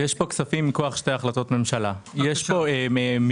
יש פה כספים מכוח שתי החלטות ממשלה.